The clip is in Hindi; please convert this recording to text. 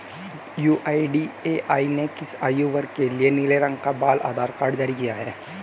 यू.आई.डी.ए.आई ने किस आयु वर्ग के लिए नीले रंग का बाल आधार कार्ड जारी किया है?